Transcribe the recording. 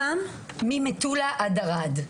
ממטולה עד ערד.